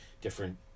different